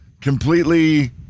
completely